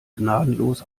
gnadenlos